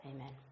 amen